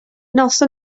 noson